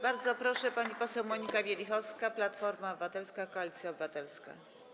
Bardzo proszę, pani poseł Monika Wielichowska, Platforma Obywatelska - Koalicja Obywatelska.